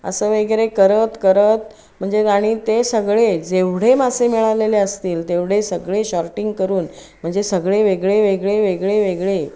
असं वगैरे करत करत म्हणजे आणि ते सगळे जेवढे मासे मिळालेले असतील तेवढे सगळे शॉर्टिंग करून म्हणजे सगळे वेगळे वेगळे वेगळे वेगळे